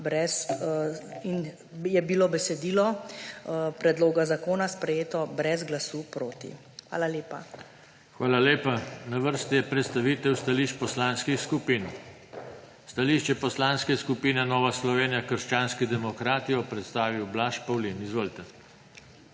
in je bilo besedilo predloga zakona sprejeto brez glasu proti. Hvala lepa. PODPREDSEDNIK JOŽE TANKO: Hvala lepa. Na vrsti je predstavitev stališč poslanskih skupin. Stališče Poslanske skupine Nova Slovenija – krščanski demokrati bo predstavil Blaž Pavlin. Izvolite.